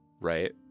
Right